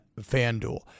FanDuel